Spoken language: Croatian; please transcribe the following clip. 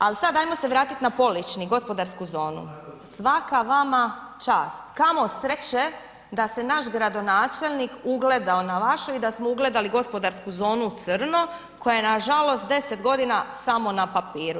Ali sad ajmo se vratiti na ... gospodarsku zonu, svaka vama čast, kamo sreće da se naš gradonačelnik ugledao na vašu i da smo ugledali gospodarsku zonu crno koja je nažalost 10 godina samo na papiru.